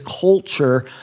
culture